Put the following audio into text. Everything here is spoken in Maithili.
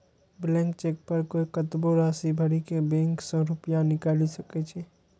ब्लैंक चेक पर कोइ कतबो राशि भरि के बैंक सं रुपैया निकालि सकै छै